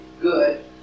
good